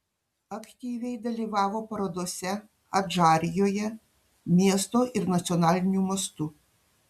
aktyviai dalyvavo parodose adžarijoje miesto ir nacionaliniu mastu